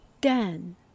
Dan